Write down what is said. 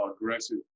aggressive